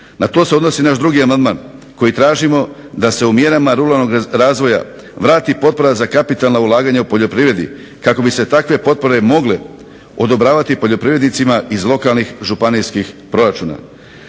Na to se odnosi naš drugi amandman koji tražimo da se u mjerama ruralnog razvoja vrati potpora za kapitalna ulaganja u poljoprivredi kako bi se takve potpore mogle odobravati poljoprivrednicima iz lokalnih županijskih proračuna.